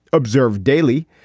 observed daily,